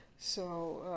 so